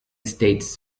states